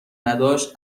نداشت